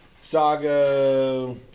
Saga